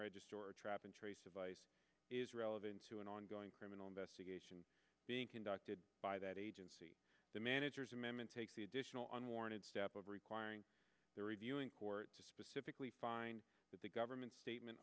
register or a trap and trace advice is relevant to an ongoing criminal investigation being conducted by that agency the manager's amendment takes the additional unwarranted step of requiring the reviewing court to specifically find that the government's statement